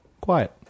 Quiet